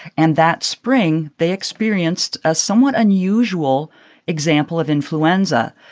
and that spring, they experienced a somewhat unusual example of influenza.